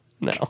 no